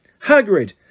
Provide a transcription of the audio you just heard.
Hagrid